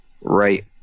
right